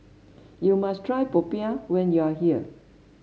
you must try popiah when you are here